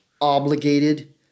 obligated